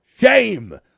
shame